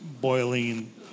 boiling